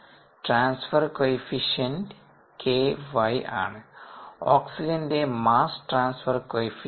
transfer coefficient ky ആണ്ഓക്സിജന്റെ mass transfer coefficient